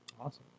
awesome